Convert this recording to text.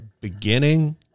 beginning